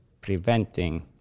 preventing